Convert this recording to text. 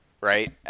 right